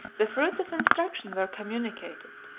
the fruits of instruction were communicated,